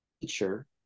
teacher